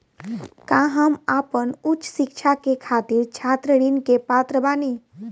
का हम आपन उच्च शिक्षा के खातिर छात्र ऋण के पात्र बानी?